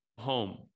home